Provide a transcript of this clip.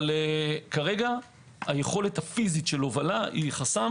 אבל כרגע היכולת הפיזית של הובלה היא חסם